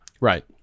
Right